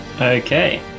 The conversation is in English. Okay